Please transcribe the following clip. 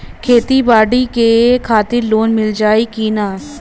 खेती बाडी के खातिर लोन मिल जाई किना?